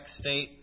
state